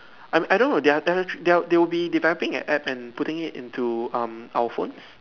I mean I don't know they are act~ they are they would be developing an app and putting it into um our phones